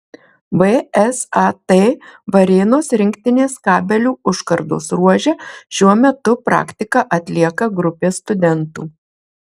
vsat varėnos rinktinės kabelių užkardos ruože šiuo metu praktiką atlieka grupė studentų